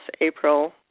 April